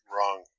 Wrong